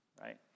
right